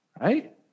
right